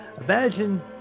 imagine